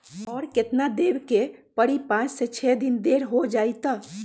और केतना देब के परी पाँच से छे दिन देर हो जाई त?